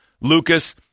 Lucas